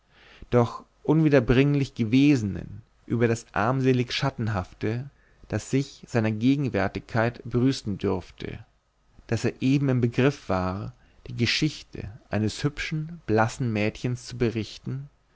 doch unwiederbringlich gewesenen über das armselig schattenhafte das sich seiner gegenwärtigkeit brüsten durfte daß er eben im begriffe war die geschichte eines hübschen blassen mädchens zu berichten